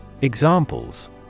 Examples